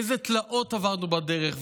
אילו תלאות עברנו בדרך,